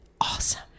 awesome